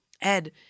Ed